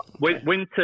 Winter